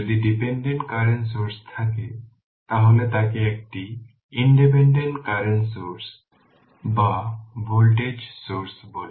যদি dependent current source থাকে তাহলে তাকে একটি ইনডিপেন্ডেন্ট কারেন্ট সোর্স বা ভোল্টেজ সোর্স বলে